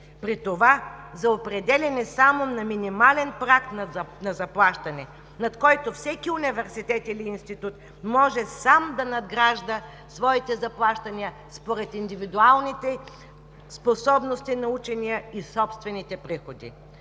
при това за определяне само на минимален праг на заплащане, над който всеки университет или институт може сам да надгражда своите заплащания според индивидуалните способности на учения и собствените приходи.